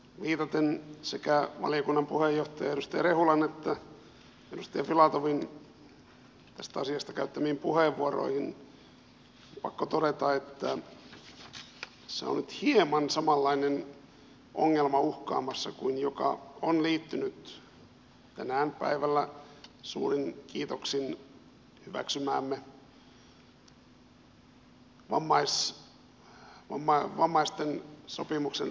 viitaten sekä valiokunnan puheenjohtajan edustaja rehulan että edustaja filatovin tästä asiasta käyttämiin puheenvuoroihin on pakko todeta että tässä on nyt hieman samanlainen ongelma uhkaamassa kuin on liittynyt tänään päivällä suurin kiitoksin hyväksymäämme vammaisten sopimuksen ratifiointiin